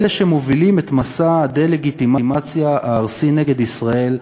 אלה שמובילים את מסע הדה-לגיטימציה הארסי נגד ישראל,